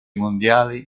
mondiali